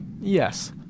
Yes